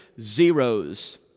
zeros